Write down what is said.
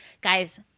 Guys